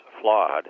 flawed